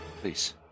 Please